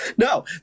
no